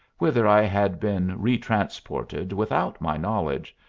whither i had been re-transported without my knowledge,